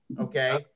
okay